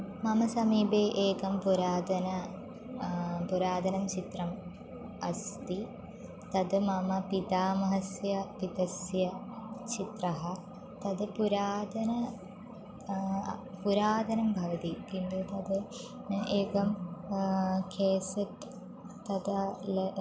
मम समीपे एकं पुरातनं पुरातनं चित्रम् अस्ति तद् मम पितामहस्य पितुः चित्रं तद् पुरातनं पुरातनं भवति किन्तु तद् एकं खेसक् तदा ले